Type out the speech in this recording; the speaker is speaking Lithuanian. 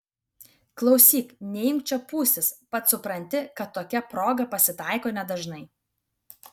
klausyk neimk čia pūstis pats supranti kad tokia proga pasitaiko nedažnai